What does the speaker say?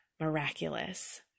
miraculous